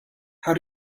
how